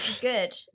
good